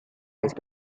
vice